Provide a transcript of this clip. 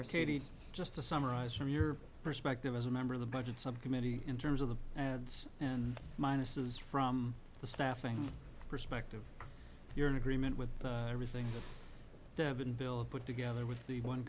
cities just to summarise from your perspective as a member of the budget subcommittee in terms of the ads and minuses from the staffing perspective you're in agreement with everything bill put together with the one